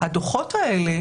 הדוחות האלה,